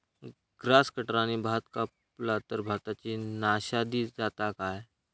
Grass कटराने भात कपला तर भाताची नाशादी जाता काय?